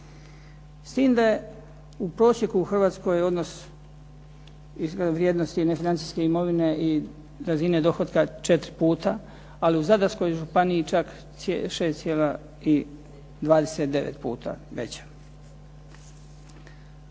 S tim da je u prosjeku u Hrvatskoj odnos vrijednosti nefinancijske imovine i razine dohotka četiri puta, ali u Zadarskoj županiji čak 6,29 puta veća.